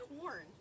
corn